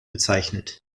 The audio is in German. bezeichnet